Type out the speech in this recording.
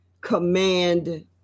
command